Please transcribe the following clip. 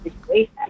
situation